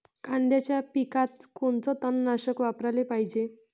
कांद्याच्या पिकात कोनचं तननाशक वापराले पायजे?